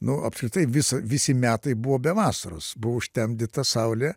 nu apskritai visa visi metai buvo be vasaros buvo užtemdyta saulė